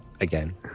Again